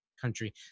country